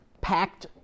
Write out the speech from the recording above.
packed